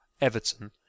Everton